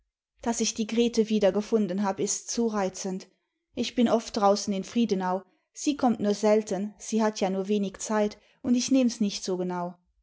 daß ich die grete wiedergefunden hab ist zu reizend ich bin oft draußen in friedenau sie kommt nur selten sie hat ja nur wenig zeit und ich nehm's nicht so genau